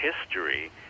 history